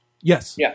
Yes